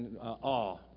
awe